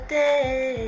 day